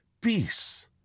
peace